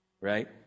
Right